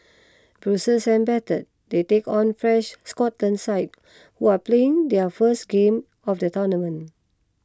bruised and battered they take on fresh Scotland side who are playing their first game of the tournament